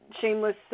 shameless